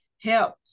help